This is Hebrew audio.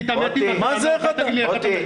תתעמת עם הטענה, אל תגיד לי שאני משקר.